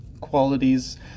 qualities